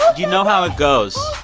you know how it goes.